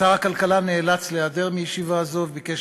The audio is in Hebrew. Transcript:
שר הכלכלה נאלץ להיעדר מישיבה זו וביקש